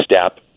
step